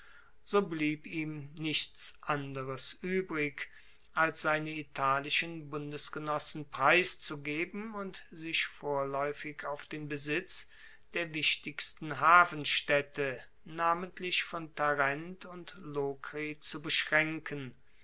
so blieb ihm nichts anderes uebrig als seine italischen bundesgenossen preiszugeben und sich vorlaeufig auf den besitz der wichtigsten hafenstaedte namentlich von tarent und lokri zu beschraenken